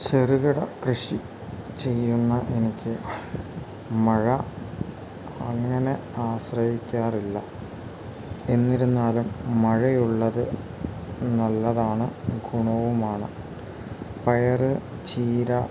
ചെറുകിട കൃഷി ചെയ്യുന്ന എനിക്ക് മഴ അങ്ങനെ ആശ്രയിക്കാറില്ല എന്നിരുന്നാലും മഴയുള്ളത് നല്ലതാണ് ഗുണവുമാണ് പയർ ചീര